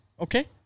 okay